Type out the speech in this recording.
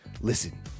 Listen